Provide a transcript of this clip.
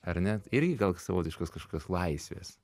ar net irgi gal savotiškas kažkokios laisvės